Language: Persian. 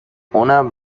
اونم